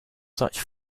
such